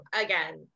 again